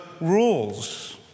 rules